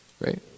right